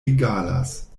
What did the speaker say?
egalas